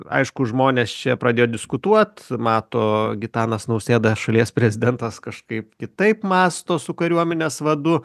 aišku žmonės čia pradėjo diskutuot mato gitanas nausėda šalies prezidentas kažkaip kitaip mąsto su kariuomenės vadu